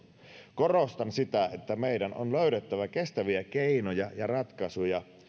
korostan sitä että meidän on löydettävä kestäviä keinoja ja ratkaisuja